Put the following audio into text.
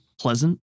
pleasant